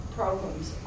programs